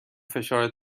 فشار